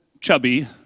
chubby